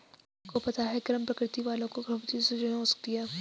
क्या आपको पता है गर्म प्रकृति वालो को खरबूजे से सूजन हो सकती है?